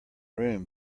room